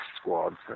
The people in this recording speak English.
Squad